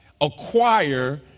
acquire